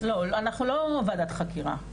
לא אנחנו לא ועדת חקירה.